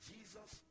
Jesus